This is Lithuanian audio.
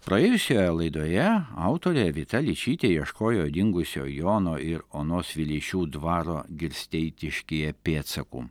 praėjusioje laidoje autorė vita ličytė ieškojo dingusio jono ir onos vileišių dvaro girsteitiškyje pėdsakų